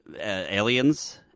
Aliens